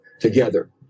together